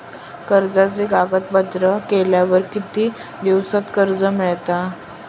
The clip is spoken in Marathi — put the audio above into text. कर्जाचे कागदपत्र केल्यावर किती दिवसात कर्ज मिळता?